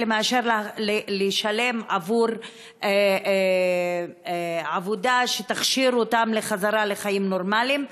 מאשר לשלם עבור עבודה שתכשיר אותם לחזרה לחיים נורמליים.